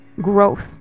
growth